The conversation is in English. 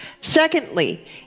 secondly